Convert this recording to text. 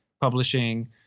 publishing